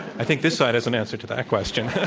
i think this side has an answer to that question.